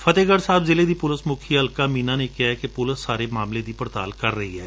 ਫਤਿਹਗੜ ਸਾਹਿਬ ਦੀ ਜ਼ਿਲ੍ਹਾ ਪੁਲਿਸ ਮੁਖੀ ਅਲਕਾ ਮੀਨਾ ਨੇ ਕਿਹਾ ਕਿ ਪੁਲਿਸ ਸਾਰੇ ਮਾਮਲੇ ਦੀ ਜਾਚ ਕਰ ਰਹੀ ਏ